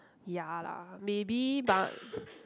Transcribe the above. ya lah maybe but